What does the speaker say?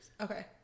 Okay